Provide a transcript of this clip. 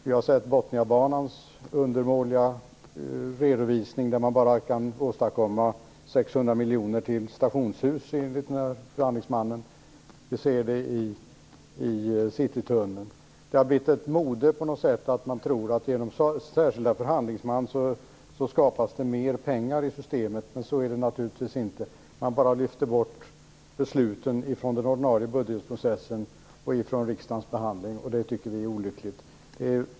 Vi har sett Botniabanans undermåliga redovisning, där man bara kan åstadkomma 600 miljoner kronor till stationshus enligt förhandlingsmannen. Vi ser det i fråga om Citytunneln. Det har blivit ett mode på något sätt att man tror att det skapas mer pengar i systemet genom särskilda förhandlingsmän, men så är det naturligtvis inte. Man bara lyfter bort besluten från den ordinarie budgetprocessen och riksdagens behandling. Det tycker vi är olyckligt.